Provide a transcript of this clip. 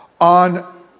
On